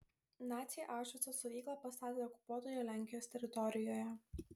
naciai aušvico stovyklą pastatė okupuotoje lenkijos teritorijoje